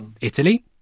Italy